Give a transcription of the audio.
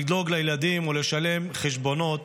לדאוג לילדים או לשלם חשבונות,